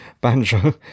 banjo